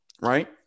right